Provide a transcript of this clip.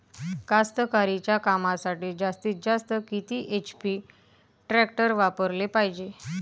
कास्तकारीच्या कामासाठी जास्तीत जास्त किती एच.पी टॅक्टर वापराले पायजे?